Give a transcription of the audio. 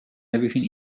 everything